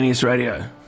Radio